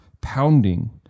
pounding